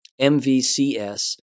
MVCS